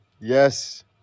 yes